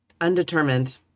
Undetermined